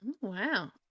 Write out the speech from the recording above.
Wow